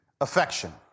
affection